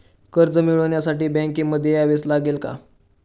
कर्ज मिळवण्यासाठी बँकेमध्ये यावेच लागेल का?